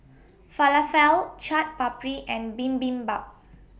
Falafel Chaat Papri and Bibimbap